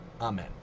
Amen